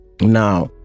Now